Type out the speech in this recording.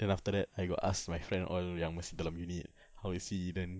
then after that I got ask my friend all yang masih dalam unit how is he then